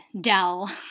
Dell